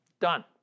Done